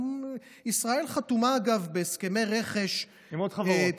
ישראל חתומה, אגב, בהסכמי רכש, עם עוד חברות.